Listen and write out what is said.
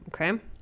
okay